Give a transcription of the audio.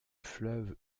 fleuve